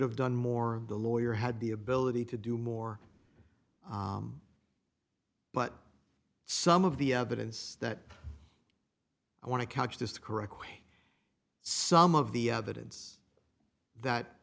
have done more of the lawyer had the ability to do more but some of the evidence that i want to catch this to correct some of the evidence that